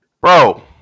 Bro